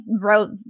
wrote